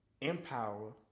empower